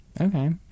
Okay